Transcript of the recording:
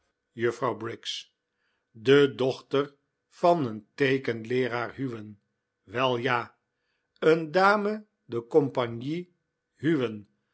juffrouw briggs de dochter van een teekenleeraar huwen wel ja een dame de compagnie huwen